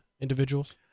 individuals